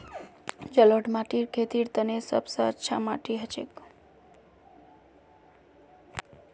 जलौढ़ माटी खेतीर तने सब स अच्छा माटी हछेक